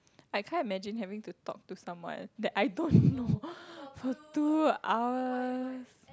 I can't imagine having to talk to someone that I don't know for two hours